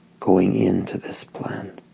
going into this plan